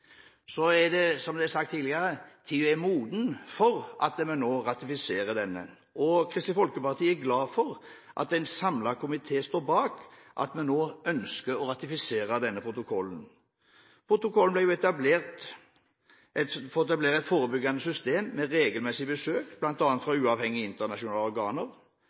så er – som det er sagt tidligere – tiden moden for at vi nå ratifiserer denne, Kristelig Folkeparti er glad for at en samlet komité står bak at vi nå ønsker å ratifisere denne protokollen. Protokollen ble vedtatt for å etablere et forebyggende system med regelmessig besøk fra bl.a. uavhengige internasjonale organer.